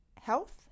health